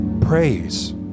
praise